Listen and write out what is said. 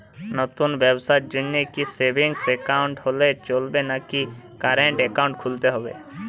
নতুন ব্যবসার জন্যে কি সেভিংস একাউন্ট হলে চলবে নাকি কারেন্ট একাউন্ট খুলতে হবে?